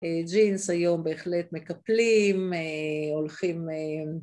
ג'ינס היום בהחלט מקפלים, הולכים